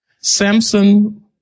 Samson